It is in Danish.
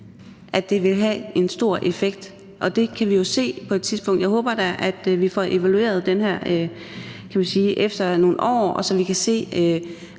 at det vil have en stor effekt, og det kan vi jo se på et tidspunkt. Jeg håber da, at vi får evalueret det her efter nogle år, så vi kan se,